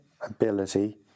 ability